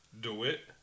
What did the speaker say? DeWitt